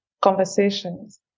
conversations